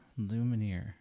lumineer